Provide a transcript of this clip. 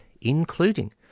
including